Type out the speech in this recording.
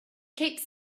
keeps